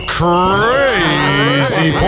crazy